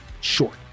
short